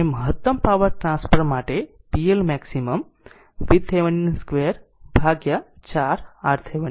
તેથી અને મહત્તમ પાવર ટ્રાન્સફર માટે pLmax VThevenin 2 ભાગ્યા 4 RThevenin તેથી 76